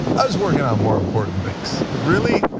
i was working on more important things. really?